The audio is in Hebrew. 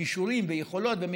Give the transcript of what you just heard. אם זאת זכותו וחובתו,